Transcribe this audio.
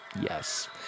Yes